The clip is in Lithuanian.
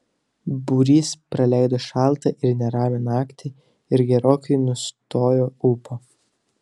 būrys praleido šaltą ir neramią naktį ir gerokai nustojo ūpo